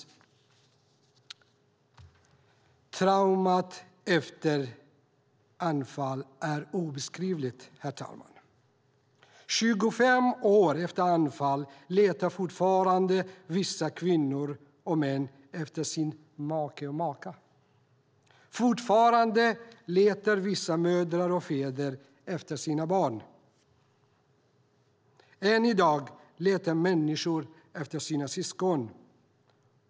Traumat efter Anfal är obeskrivligt, herr talman. 25 år efter Anfal letar vissa kvinnor och män fortfarande efter sin make eller maka. Fortfarande letar vissa mödrar och fäder efter sina barn. Än i dag letar människor efter sina syskon.